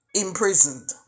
imprisoned